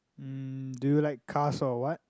mm do you like cars or what